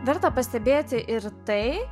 verta pastebėti ir tai